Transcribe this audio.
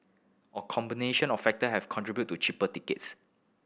a combination of factor have contributed to cheaper tickets